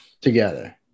together